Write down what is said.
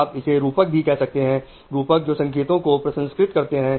आप इसे रूपक भी कह सकते हैं रूपक जो संकेतों को प्रसंस्कृत करते हैं